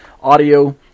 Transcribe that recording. audio